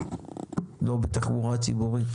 לא בתחבורה ציבורית,